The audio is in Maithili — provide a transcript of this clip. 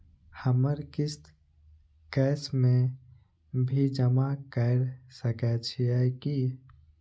हमर किस्त कैश में भी जमा कैर सकै छीयै की?